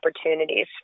opportunities